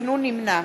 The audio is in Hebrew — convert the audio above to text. נמנע